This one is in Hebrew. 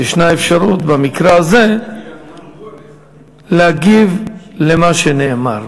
ויש אפשרות במקרה הזה להגיב על מה שנאמר.